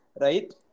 right